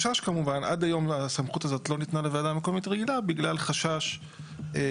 עד היום הסמכות הזאת לא ניתנה לוועדה מקומית רגילה בגלל חשש כפול.